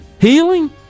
Healing